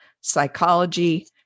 psychology